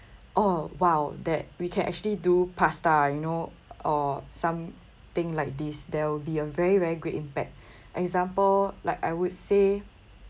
oh !wow! that we can actually do pasta you know or something like this there will be a very very great impact example like I would say